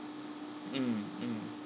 mm mm